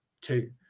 two